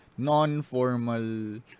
Non-formal